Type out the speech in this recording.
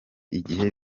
igihe